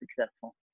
successful